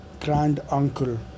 grand-uncle